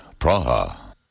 Praha